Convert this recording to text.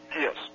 Yes